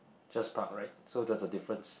just park right so there's a difference